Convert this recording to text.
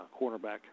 cornerback